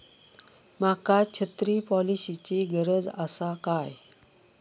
माका छत्री पॉलिसिची गरज आसा काय?